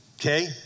okay